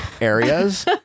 areas